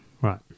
Right